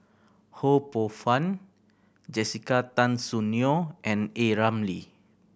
Ho Poh Fun Jessica Tan Soon Neo and A Ramli